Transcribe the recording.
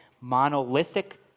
monolithic